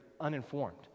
uninformed